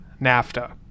nafta